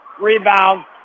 Rebound